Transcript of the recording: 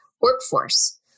workforce